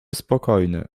spokojne